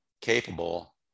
capable